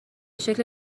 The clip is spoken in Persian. شکل